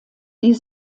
die